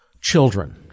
children